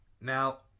Now